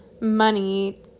money